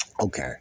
Okay